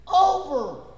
over